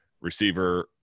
receiver